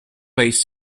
based